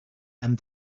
and